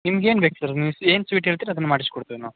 ನಿಮ್ಗೇನು ಬೇಕು ಸರ್ ನೀವು ಏನು ಸ್ವೀಟ್ ಹೇಳ್ತೀರಿ ಅದನ್ನ ಮಾಡಿಸಿಕೊಡ್ತೇವೆ ನಾವು